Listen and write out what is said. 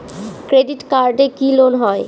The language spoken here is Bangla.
ক্রেডিট কার্ডে কি লোন হয়?